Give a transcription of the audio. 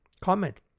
Comment